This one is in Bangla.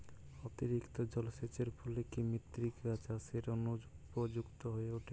অতিরিক্ত জলসেচের ফলে কি মৃত্তিকা চাষের অনুপযুক্ত হয়ে ওঠে?